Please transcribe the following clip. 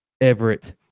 Everett